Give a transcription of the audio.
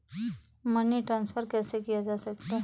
Money transfer कैसे किया जा सकता है?